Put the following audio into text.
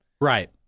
Right